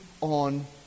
on